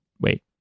wait